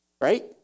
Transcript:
Right